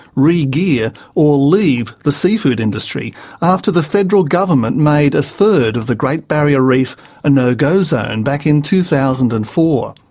re-gear or leave the seafood industry after the federal government made a third of the great barrier reef a no-go zone back in two thousand and four.